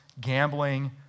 gambling